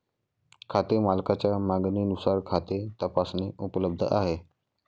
खाते मालकाच्या मागणीनुसार खाते तपासणी उपलब्ध आहे